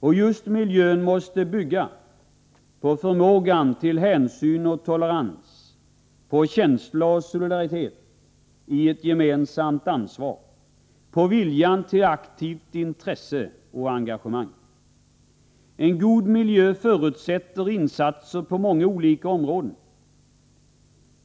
Och just miljön måste byggas på förmågan till hänsyn och tolerans, på känsla och solidaritet i ett gemensamt ansvar samt på viljan till aktivt intresse och engagemang. En god miljö förutsätter insatser på många olika områden.